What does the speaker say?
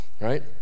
right